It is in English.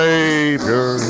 Savior